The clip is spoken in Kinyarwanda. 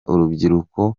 urubyiruko